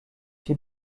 fit